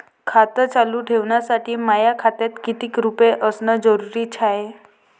खातं चालू ठेवासाठी माया खात्यात कितीक रुपये असनं जरुरीच हाय?